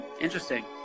interesting